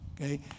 okay